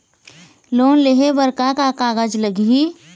Loan लेहे बर का का कागज लगही?